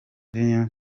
iri